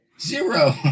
Zero